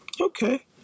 Okay